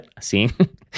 Seeing